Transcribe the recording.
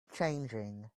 changing